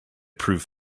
prove